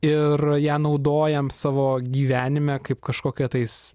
ir ją naudojam savo gyvenime kaip kažkokią tais